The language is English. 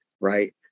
right